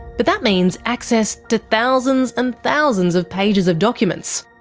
but that means access to thousands and thousands of pages of documents.